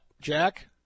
Jack